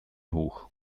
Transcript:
hoch